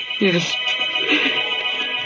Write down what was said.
Yes